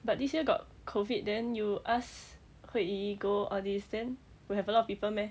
but this year got COVID then you ask hui yi go all this then will have a lot of people meh